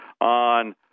on